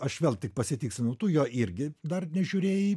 aš vėl tik pasitikslinu tu jo irgi dar nežiūrėjai